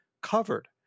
covered